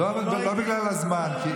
לא בגלל הזמן.